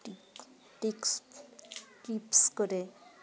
টিপ tricks tips করে